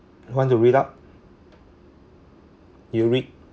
want to read out you read